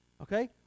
okay